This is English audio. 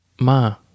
Ma